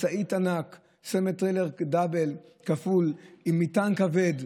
משאית ענק, סמיטריילר דאבל, כפול, עם מטען כבד.